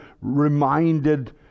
reminded